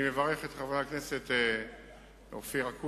אני מברך את חבר הכנסת אופיר אקוניס